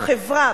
בחברה,